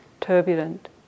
turbulent